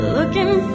Looking